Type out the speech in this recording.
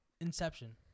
Inception